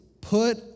put